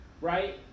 right